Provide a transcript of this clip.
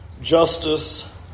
justice